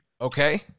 Okay